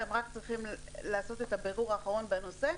הם רק צריכים לעשות את הבירור האחרון בנושא,